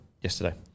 yesterday